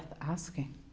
asking